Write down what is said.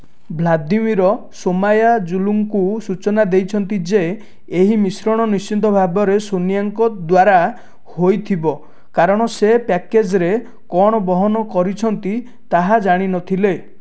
Vladimir ସୋମାୟାଜୁଲୁଙ୍କୁ ସୂଚନା ଦେଇଛନ୍ତି ଯେ ଏହି ମିଶ୍ରଣ ନିଶ୍ଚିନ୍ତ ଭାବରେ ସୋନିଆଙ୍କ ଦ୍ୱାରା ହୋଇଥିବ କାରଣ ସେ ପ୍ୟାକେଜରେ କ'ଣ ବହନ କରିଛନ୍ତି ତାହା ଜାଣି ନଥିଲେ